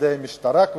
על-ידי המשטרה,